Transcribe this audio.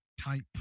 type